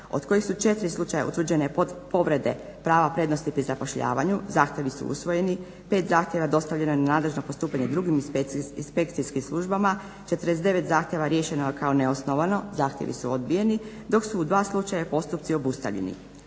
od kojeg su 4 slučaja utvrđene povrede prava prednosti pri zapošljavanju zahtjevi su usvojeni. 5 zahtjeva dostavljeno je nadležno postupanje drugim inspekcijskim službama, 49 zahtjeva riješeno je kao neosnovano, zahtjevi su odbijeni dok su u 2 slučaja postupci obustavljeni.